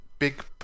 Big